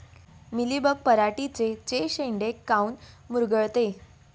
Mealybug पराटीचे चे शेंडे काऊन मुरगळते?